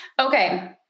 Okay